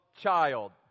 child